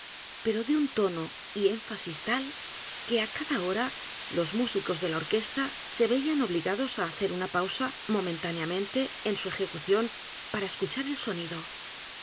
pero de un tono y énfasis tal que á cada hora los mtísicos de la orquesta se veían obligados á hacer una pausa momentáneamente en su ejecución para escuchar el